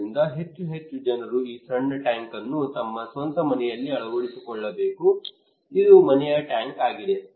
ಆದ್ದರಿಂದ ಹೆಚ್ಚು ಹೆಚ್ಚು ಜನರು ಈ ಸಣ್ಣ ಟ್ಯಾಂಕ್ ಅನ್ನು ತಮ್ಮ ಸ್ವಂತ ಮನೆಯಲ್ಲಿ ಅಳವಡಿಸಿಕೊಳ್ಳಬೇಕು ಇದು ಮನೆಯ ಟ್ಯಾಂಕ್ ಆಗಿದೆ